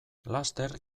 laster